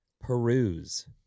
peruse